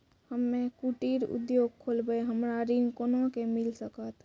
हम्मे कुटीर उद्योग खोलबै हमरा ऋण कोना के मिल सकत?